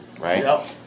right